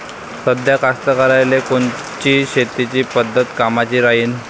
साध्या कास्तकाराइले कोनची शेतीची पद्धत कामाची राहीन?